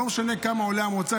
ולא משנה כמה עולה המוצר,